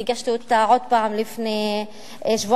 הגשתי אותה עוד פעם לפני שבועיים.